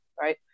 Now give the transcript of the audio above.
right